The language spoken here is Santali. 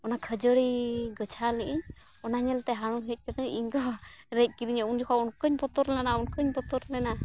ᱚᱱᱟ ᱠᱷᱟᱹᱡᱟᱹᱲᱤ ᱜᱚᱪᱷᱟᱣ ᱞᱮᱫᱟᱹᱧ ᱚᱱᱟ ᱧᱮᱞᱛᱮ ᱦᱟᱹᱲᱩ ᱦᱮᱡ ᱠᱟᱛᱮ ᱤᱧᱠᱚ ᱨᱮᱡ ᱠᱤᱫᱤᱧᱟ ᱩᱱ ᱡᱚᱠᱷᱚᱱ ᱚᱱᱠᱟᱧ ᱵᱚᱛᱚᱨ ᱞᱮᱱᱟ ᱚᱱᱠᱟᱧ ᱵᱚᱛᱚᱨ ᱞᱮᱱᱟ